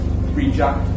reject